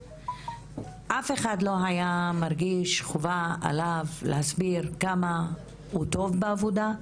אף אחד לא היה מרגיש שחובה עליו להסביר כמה הוא טוב בעבודה שלו,